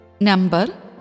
Number